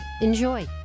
Enjoy